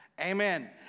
Amen